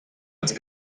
ist